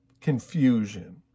confusion